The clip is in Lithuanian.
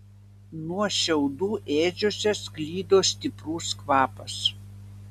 nuo šiaudų ėdžiose sklido stiprus kvapas